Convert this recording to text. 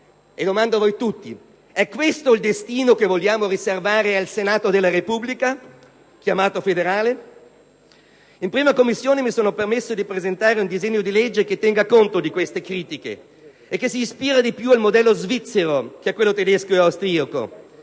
e domando a voi tutti: è questo il destino che vogliamo riservare al Senato della Repubblica, chiamato federale ? In 1a Commissione mi sono permesso di presentare un disegno di legge che tenga conto di queste critiche e che si ispiri più al modello svizzero che a quello tedesco o austriaco,